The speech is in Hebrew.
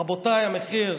רבותיי, המחיר.